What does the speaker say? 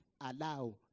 allow